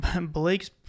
Blake's